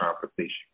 conversation